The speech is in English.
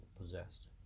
possessed